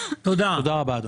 תודה רבה אדוני.